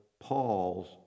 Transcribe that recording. Paul's